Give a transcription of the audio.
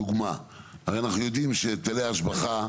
הרי, אנחנו יודעים שהיטלי השבחה,